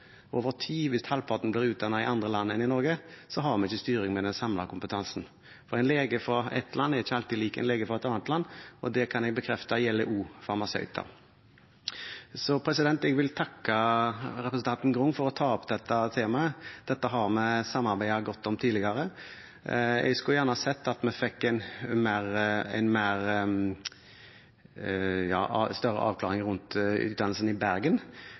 Over tid betyr det, hvis halvparten blir utdannet i andre land enn i Norge, at vi ikke har styring med den samlede kompetansen. En lege fra ett land er ikke alltid lik en lege fra et annet land. Det kan jeg bekrefte også gjelder farmasøyter. Jeg vil takke representanten Grung for å ta opp dette temaet. Dette har vi samarbeidet godt om tidligere. Jeg skulle gjerne sett at vi fikk en større avklaring rundt utdannelsen i Bergen,